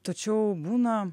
tačiau būna